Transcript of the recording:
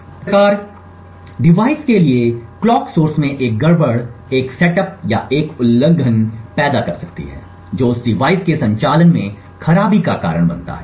इसी प्रकार डिवाइस के लिए क्लॉक सोर्स में एक गड़बड़ एक सेटअप या एक उल्लंघन पैदा कर सकता है जो उस डिवाइस के संचालन में खराबी का कारण बनता है